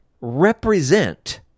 represent